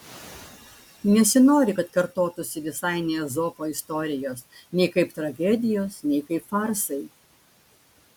nesinori kad kartotųsi visai ne ezopo istorijos nei kaip tragedijos nei kaip farsai